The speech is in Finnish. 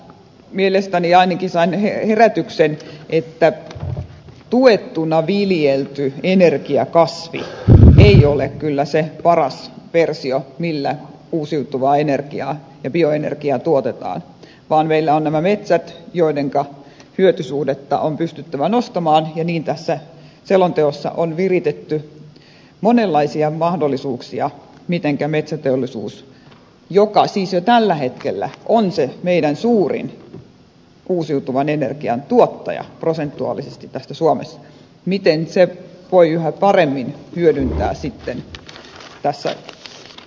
mielestäni ainakin sain herätyksen että tuettuna viljelty energiakasvi ei ole kyllä se paras versio millä uusiutuvaa energiaa ja bioenergiaa tuotetaan vaan meillä ovat nämä metsät joidenka hyötysuhdetta on pystyttävä nostamaan ja niin tässä selonteossa on viritetty monenlaisia mahdollisuuksia mitenkä metsäteollisuus joka siis jo tällä hetkellä on se meidän suurin uusiutuvan energian tuottaja prosentuaalisesti suomessa voi yhä paremmin metsiä hyödyntää sitten tässä tulevaisuudessa